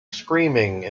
screaming